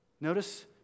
Notice